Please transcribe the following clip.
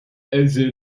also